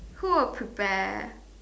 who will prepare